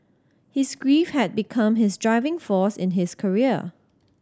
his grief had become his driving force in his career